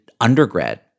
undergrad